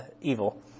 evil